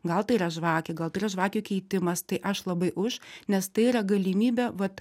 gal tai yra žvakė gal tai yra žvakių keitimas tai aš labai už nes tai yra galimybė vat